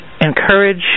encourage